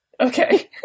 Okay